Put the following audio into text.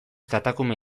katakume